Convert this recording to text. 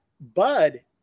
Bud